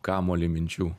kamuolį minčių